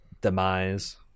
demise